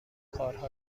کارها